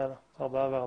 ארבעה וארבעה.